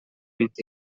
vint